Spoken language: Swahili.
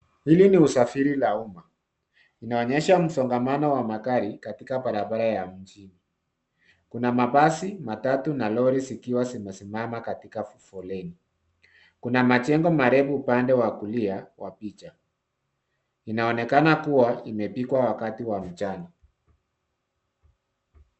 Hili ni usafiri la umma inaonyesha msongamano wa magari katika barabara ya mjini. Kuna mabsi matatu na lori zikiwa zimesimama katika poleni. Kuna majengo marefu upande wa kulia wa picha. Inaonekana kuwa imepigwa wakati wa mchana.